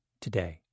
today